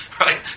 Right